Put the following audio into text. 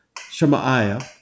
Shemaiah